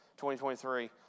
2023